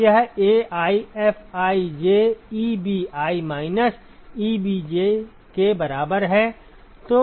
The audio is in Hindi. तो यह AiFijEbi माइनस Ebj के बराबर है